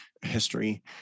history